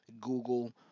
Google